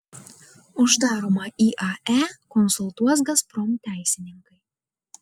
uždaromą iae konsultuos gazprom teisininkai